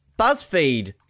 BuzzFeed